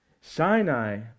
Sinai